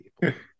people